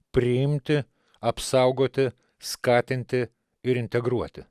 priimti apsaugoti skatinti ir integruoti